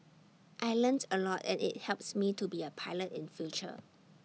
I learns A lot and IT helps me to be A pilot in future